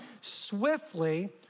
swiftly